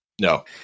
no